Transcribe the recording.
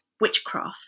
witchcraft